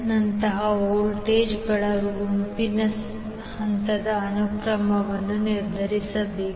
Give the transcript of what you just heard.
ನಂತಹ ವೋಲ್ಟೇಜ್ಗಳ ಗುಂಪಿನ ಹಂತದ ಅನುಕ್ರಮವನ್ನು ನಿರ್ಧರಿಸಬೇಕು